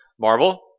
Marvel